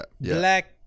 Black